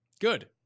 Good